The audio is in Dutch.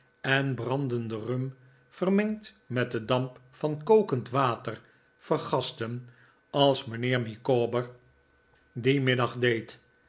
en brandende rum vermengd met den damp van kokend water vergasten als mijnheer micawber dien middag